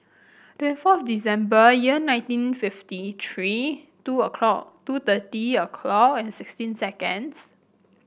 twenty fourth December year nineteen fifty three two o'clock two thirty o'clock and sixteen seconds